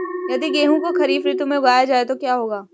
यदि गेहूँ को खरीफ ऋतु में उगाया जाए तो क्या होगा?